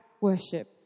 worship